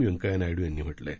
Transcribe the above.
व्यंकय्या नायडू यांनी म्हटलं आहे